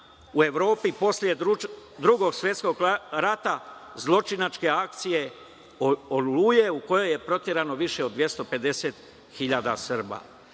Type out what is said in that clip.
u Evropi posle Drugog svetskog rata, zločinačke akcije „Oluje“, u kojoj je proterano više od 250.000 Srba. Taj